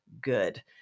good